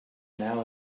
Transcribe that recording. now